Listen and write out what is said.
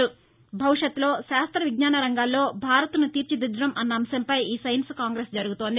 భవిష్యత్తులో శాస్త్ర విజ్ఞాన రంగాల్లో భారత్ను తీర్చిదిద్దడం అన్న అంశంపై ఈ సైన్స్ కాంగ్రెస్ జరుగుతోంది